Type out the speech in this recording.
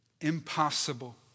impossible